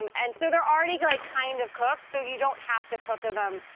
um and so they're already like kind of cooked so you don't have to cook ah them,